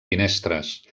finestres